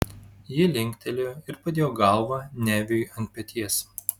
ji linktelėjo ir padėjo galvą neviui ant peties